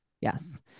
Yes